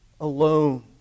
alone